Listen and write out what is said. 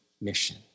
mission